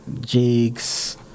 jigs